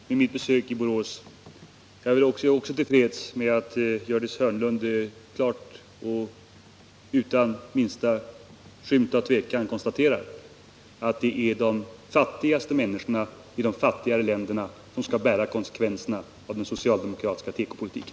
Herr talman! Jag är mycket till freds med mitt besök i Borås. Jag är också till freds med att Gördis Hörnlund klart och utan minsta skymt av tvekan konstaterar att det är de fattigaste människorna i de fattigare länderna som skall bära konsekvenserna av den socialdemokratiska tekopolitiken.